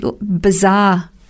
bizarre